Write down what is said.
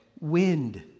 wind